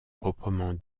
proprement